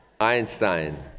Einstein